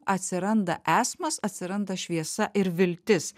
atsiranda esmas atsiranda šviesa ir viltis